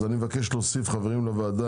אז אני מבקש להוסיף חברים לוועדה,